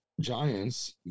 Giants